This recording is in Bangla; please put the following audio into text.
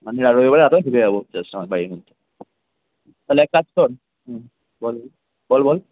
মানে যাতে রবিবার রাতে আমি ফিরে যাবো জাস্ট আমার বাড়ির মধ্যে তাহলে এক কাজ কর হুম বল বল বল